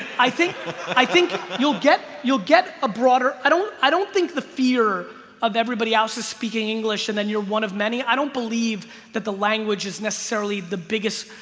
i think i think you'll get you'll get a broader i don't i don't think the fear of everybody else's speaking english and then you're one of many i don't believe that the language is necessarily the biggest,